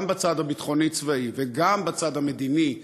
גם בצד הביטחוני-צבאי וגם בצד המדיני,